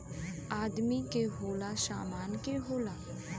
आदमी के होला, सामान के होला